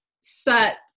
set